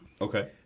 Okay